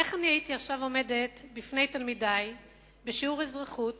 איך הייתי עכשיו עומדת בפני תלמידי בשיעור אזרחות